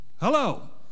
Hello